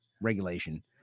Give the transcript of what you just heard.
regulation